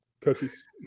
cookies